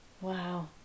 Wow